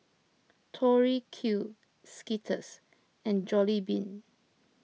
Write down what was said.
Tori Q Skittles and Jollibean